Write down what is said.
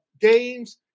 games